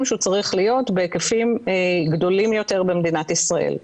שהוא צריך להיות בהיקפים גדולים יותר במדינת ישראל.